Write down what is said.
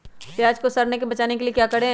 प्याज को सड़ने से बचाने के लिए क्या करें?